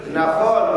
נכון,